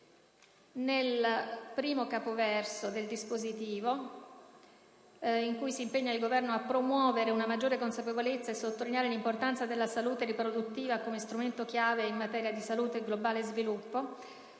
del primo capoverso del dispositivo in cui si impegna il Governo a «promuovere una maggiore consapevolezza e sottolineare l'importanza della salute riproduttiva, come uno strumento chiave in materia di salute globale e sviluppo».